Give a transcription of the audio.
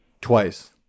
twice